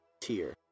tier